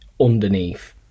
underneath